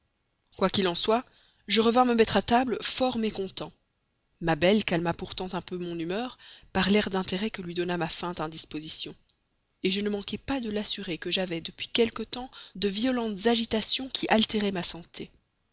quoi qu'il en soit je revins me mettre à table fort mécontent ma belle calma pourtant un peu mon humeur par l'air d'intérêt que lui donna ma feinte indisposition je ne manquai pas de l'assurer que j'avais depuis quelque temps de violentes agitations qui altéraient ma santé